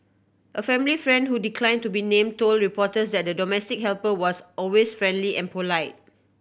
a family friend who declined to be named told reporters that the domestic helper was always friendly and polite